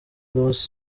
blues